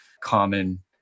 common